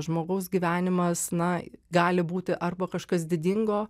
žmogaus gyvenimas na gali būti arba kažkas didingo